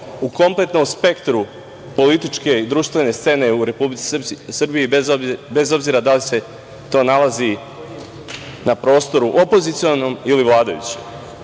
u kompletnom spektru političke i društvene scene u Republici Srbiji, bez obzira da li se to nalazi na prostoru opozicionom ili vladajućem. Svi